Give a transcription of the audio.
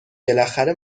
بالاخره